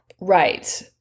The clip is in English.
right